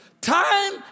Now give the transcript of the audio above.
Time